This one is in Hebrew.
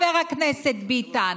חבר הכנסת ביטן,